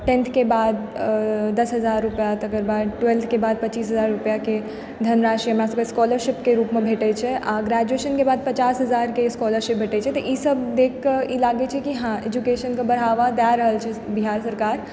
tenth के बाद दस हजार रुपआ तकर बाद ट्वेल्थ के बाद पच्चीस हजार रुपआ के धनराशि हमरा सभके स्कॉलरशिप के रूपमे भेटै छै आ ग्रेजुएशन के बाद पचास हजार कऽ भेटै छै तऽ ई सभ देख कऽ ई लागै छै कि हऽ एजुकेशन कऽ बढ़ाबा दय रहल छै बिहार सरकार